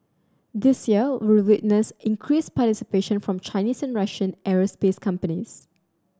this year will witness increased participation from Chinese and Russian aerospace companies